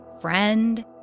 friend